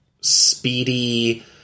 speedy